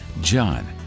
John